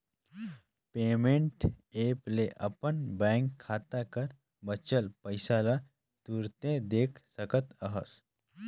payment app ले अपन bank खाता कर बांचल पइसा ल तुरते देख सकत अहस